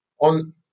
on